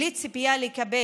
בלי ציפייה לקבל.